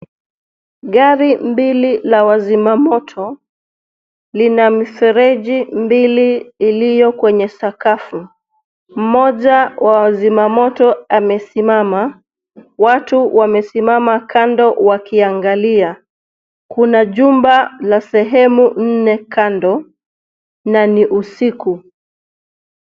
Gari mbili la wazimamoto lina mifereji mbili iliyo kwenye sakafu. Mmoja wa wazimamoto amesimama. Watu wamesimama kando wakiangalia. Kuna jumba la sehemu nne kando na ni usiku.